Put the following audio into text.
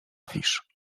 fisz